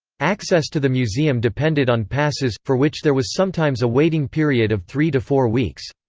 access to the museum depended on passes, for which there was sometimes a waiting period of three to four weeks.